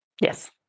Yes